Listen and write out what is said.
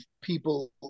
people